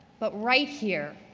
but right here,